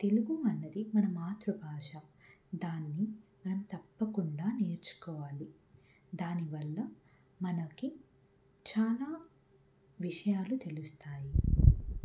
తెలుగు అన్నది మన మాతృభాష దాన్ని మనం తప్పకుండా నేర్చుకోవాలి దానివల్ల మనకి చాలా విషయాలు తెలుస్తాయి